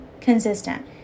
consistent